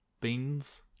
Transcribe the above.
beans